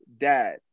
dad